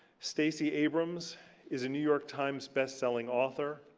stacey abrams is a new york times best-selling author,